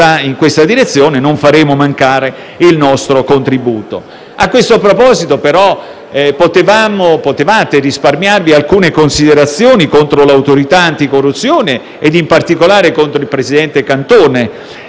in questa direzione, non faremo mancare il nostro contributo. A questo proposito, però, potevate risparmiarvi alcune considerazioni contro l'autorità anticorruzione e, in particolare, contro il presidente Cantone.